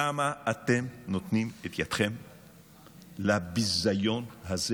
למה אתם נותנים את ידכם לביזיון הזה,